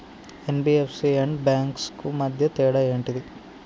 NBFC and banks కు మధ్య తేడా ఏంటిది?